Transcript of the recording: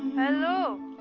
hello!